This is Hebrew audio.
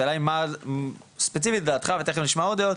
השאלה היא מה ספציפית דעתך ותיכף נשמע עוד דעות,